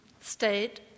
state